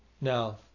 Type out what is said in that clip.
Now